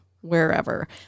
wherever